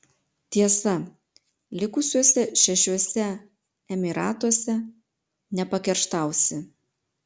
tiesa likusiuose šešiuose emyratuose nepakerštausi